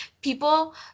people